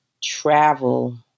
travel